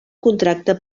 contracte